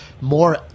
more